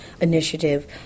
Initiative